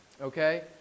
Okay